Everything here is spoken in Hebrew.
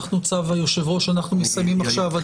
בצו היושב-ראש, אנחנו מסיימים עכשיו.